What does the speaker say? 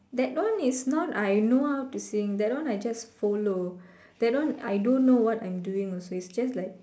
that one is not I know how to sing that one I just follow that one I don't know what I'm doing also it's just like